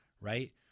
right